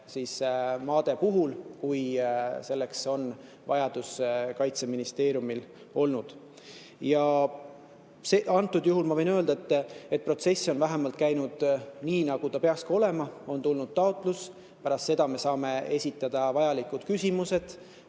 riigikaitsemaade puhul, kui selleks on vajadus Kaitseministeeriumil olnud. Ma võin öelda, et protsess on vähemalt käinud nii, nagu peakski olema: on tulnud taotlus, pärast seda me saame esitada vajalikud küsimused,